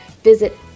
Visit